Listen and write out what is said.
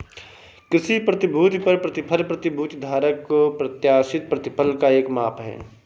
किसी प्रतिभूति पर प्रतिफल प्रतिभूति धारक को प्रत्याशित प्रतिफल का एक माप है